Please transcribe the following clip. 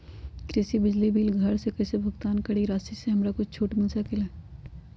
कृषि बिजली के बिल घर से कईसे भुगतान करी की राशि मे हमरा कुछ छूट मिल सकेले?